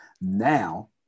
Now